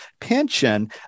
pension